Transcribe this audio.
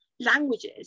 languages